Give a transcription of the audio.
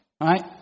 Right